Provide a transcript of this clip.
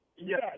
Yes